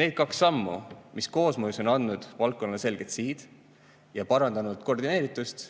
Need kaks sammu, mis koosmõjus on andnud valdkonnale selged sihid ja parandanud koordineeritust,